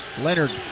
Leonard